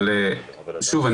שוב,